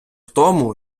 тому